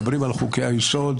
ולצערי הרב לגבי ישראל,